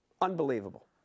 Unbelievable